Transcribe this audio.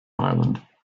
ireland